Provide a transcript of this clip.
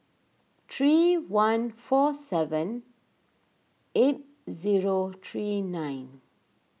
three one four seven eight zero three nine